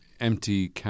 empty